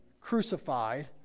crucified